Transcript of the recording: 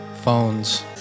phones